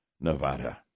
Nevada